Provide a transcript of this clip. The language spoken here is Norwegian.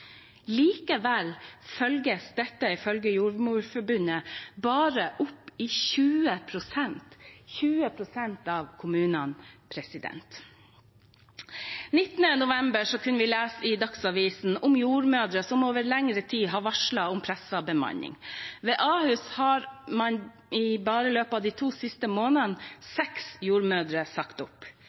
kommunene. Den 19. november kunne vi lese i Dagsavisen om jordmødre som over lengre tid har varslet om presset bemanning. Ved A-hus har seks jordmødre sagt opp i løpet av bare de to siste månedene.